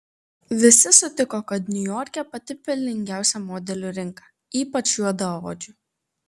visi sutiko kad niujorke pati pelningiausia modelių rinka ypač juodaodžių